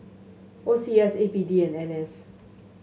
O C S A P D and N S